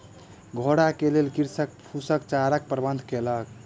घोड़ा के लेल कृषक फूसक चाराक प्रबंध केलक